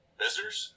visitors